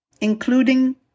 including